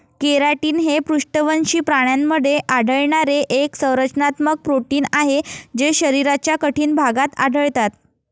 keratin हे पृष्ठवंशी प्राण्यांमध्ये आढळणारे एक संरचनात्मक प्रोटीन आहे जे शरीराच्या कठीण भागात आढळतात